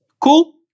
cool